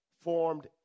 formed